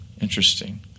Interesting